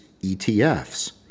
ETFs